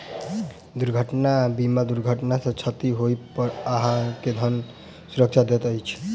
दुर्घटना बीमा दुर्घटना सॅ क्षति होइ पर अहाँ के धन सुरक्षा दैत अछि